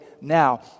now